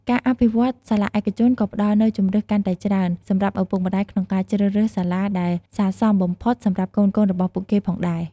ការអភិវឌ្ឍន៍សាលាឯកជនក៏ផ្តល់នូវជម្រើសកាន់តែច្រើន សម្រាប់ឪពុកម្តាយក្នុងការជ្រើសរើសសាលាដែលស័ក្តិសមបំផុតសម្រាប់កូនៗរបស់ពួកគេផងដែរ។